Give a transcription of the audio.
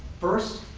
first,